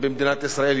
יהודים כערבים.